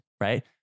Right